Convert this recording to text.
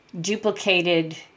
duplicated